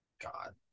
God